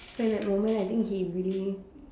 so in that moment I think he really